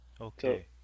okay